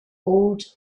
old